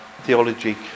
theology